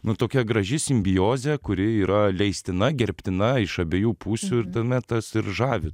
nu tokia graži simbiozė kuri yra leistina gerbtina iš abiejų pusių ir tame tas ir žavi